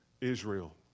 Israel